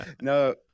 No